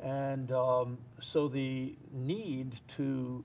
and so the need to